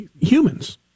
humans